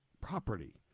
property